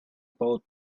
about